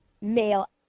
male